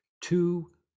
two